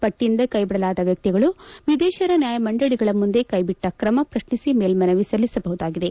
ಪಟ್ಟಿಯಿಂದ ಕೈಬಿಡಲಾದ ವ್ಯಕ್ತಿಗಳು ವಿದೇತಿಯರ ನ್ಯಾಯಮಂಡಳಗಳ ಮುಂದೆ ಕೈಬಿಟ್ಟ ಕ್ರಮ ಪ್ರತ್ನಿಸಿ ಮೇಲ್ಸನವಿ ಸಲ್ಲಿಸಬಹುದಾಗಿದೆ